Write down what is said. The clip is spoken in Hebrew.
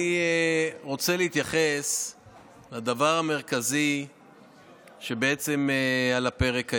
אני רוצה להתייחס לדבר המרכזי שבעצם על הפרק היום,